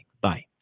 Bye